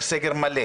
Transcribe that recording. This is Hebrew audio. וצריך סגר מלא.